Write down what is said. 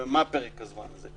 ומה פרק הזמן הזה?